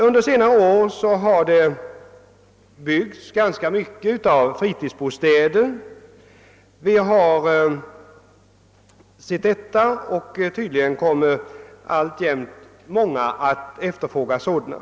Under senare år har det byggts ganska många fritidsbostäder, och ännu fler personer kommer tydligen att efterfråga sådana.